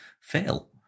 fail